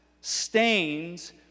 stains